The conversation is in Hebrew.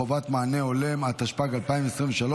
חובת מענה הולם) התשפ"ג 2023,